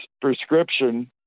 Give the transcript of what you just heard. prescription